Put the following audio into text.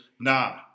Nah